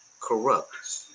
corrupt